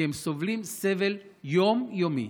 כי הם סובלים סבל יום-יומי.